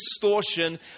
distortion